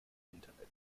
internet